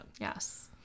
yes